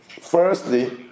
firstly